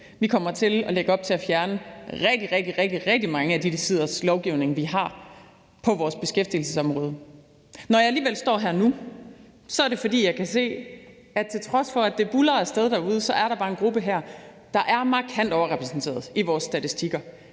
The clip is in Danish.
Vi kommer til at lægge op til at fjerne rigtig, rigtig mange af de siders lovgivning, vi har på vores beskæftigelsesområde. Når jeg alligevel står her nu, er det, fordi jeg kan se, at til trods for at det buldrer af sted derude, er der bare en gruppe her, der er markant overrepræsenteret i vores statistikker.